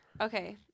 Okay